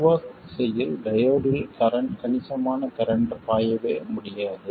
reverse திசையில் டையோடில் கணிசமான கரண்ட் பாயவே முடியாது